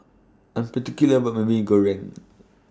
I'm particular about My Mee Goreng